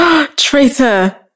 Traitor